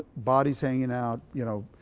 bodies hanging out, you know,